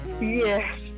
yes